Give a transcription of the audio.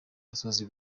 musozi